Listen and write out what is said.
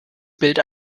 bild